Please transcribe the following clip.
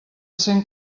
cent